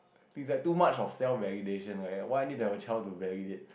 it's like too much of self validation like that why I need to have a child to validate